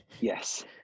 Yes